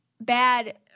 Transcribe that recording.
bad